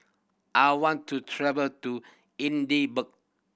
I want to travel to Edinburgh